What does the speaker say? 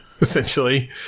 essentially